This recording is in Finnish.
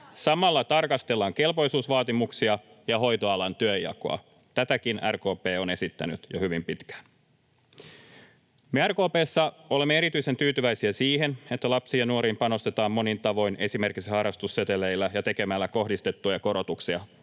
Samalla tarkastellaan kelpoisuusvaatimuksia ja hoitoalan työnjakoa. Tätäkin RKP on esittänyt jo hyvin pitkään. Me RKP:ssä olemme erityisen tyytyväisiä siihen, että lapsiin ja nuoriin panostetaan monin tavoin, esimerkiksi harrastusseteleillä ja tekemällä kohdistettuja korotuksia